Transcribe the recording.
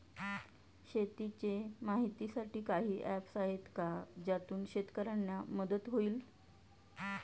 शेतीचे माहितीसाठी काही ऍप्स आहेत का ज्यातून शेतकऱ्यांना मदत होईल?